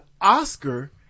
Oscar